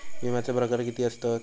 विमाचे प्रकार किती असतत?